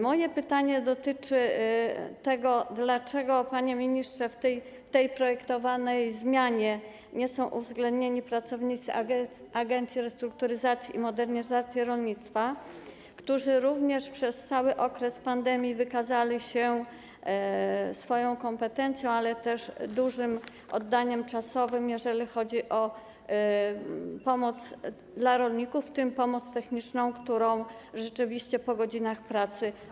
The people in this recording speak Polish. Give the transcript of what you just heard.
Moje pytanie dotyczy tego, dlaczego, panie ministrze, w tej projektowanej zmianie nie są uwzględnieni pracownicy Agencji Restrukturyzacji i Modernizacji Rolnictwa, którzy również w okresie pandemii wykazali się swoją kompetencją, ale też dużym oddaniem czasowym, jeżeli chodzi o pomoc dla rolników, w tym pomoc techniczną, którą rzeczywiście wykonywali po godzinach pracy.